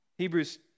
Hebrews